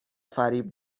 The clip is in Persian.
فریب